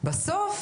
בסוף